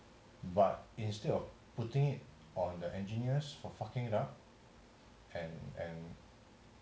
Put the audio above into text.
but instead of putting it on the engineers for fucking it up and and